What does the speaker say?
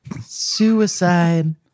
Suicide